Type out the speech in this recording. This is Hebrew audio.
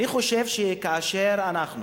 כאשר אנחנו